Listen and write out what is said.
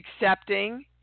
accepting